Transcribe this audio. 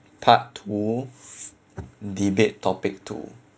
part two debate topic two